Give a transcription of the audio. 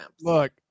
Look